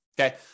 Okay